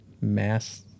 Mass